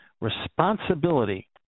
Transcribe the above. responsibility